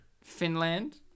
Finland